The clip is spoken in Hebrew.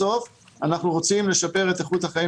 בסוף אנחנו רוצים לשפר את איכות החיים